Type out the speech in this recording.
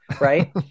right